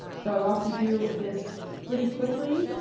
so i walked you through this pretty quickly.